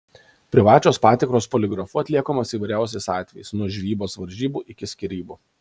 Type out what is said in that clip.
privačios patikros poligrafu atliekamos įvairiausiais atvejais nuo žvejybos varžybų iki skyrybų